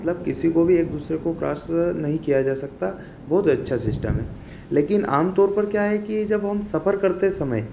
मतलब किसी को भी एक दूसरे को क्रॉस नहीं किया जा सकता बहुत अच्छा शिस्टम है लेकिन आम तौर पर क्या है कि जब हम सफर करते समय